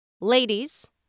ladies